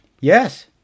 yes